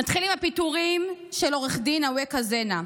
נתחיל עם הפיטורים של עו"ד אווקה זנה,